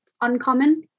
uncommon